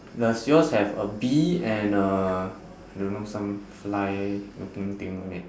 does yours have a bee and uh I don't know some fly looking thing on it